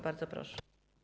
Bardzo proszę.